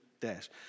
dash